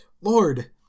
Lord